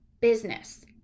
business